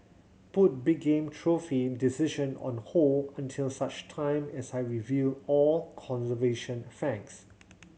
put big game trophy decision on hold until such time as I review all conservation facts